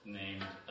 named